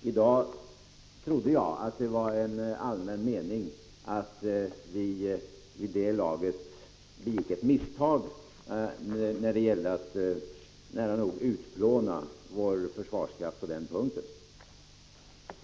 Jag trodde att det i dag var en allmän mening att vi vid det tillfället begick ett misstag när vi nära nog utplånade vår försvarskraft härvidlag.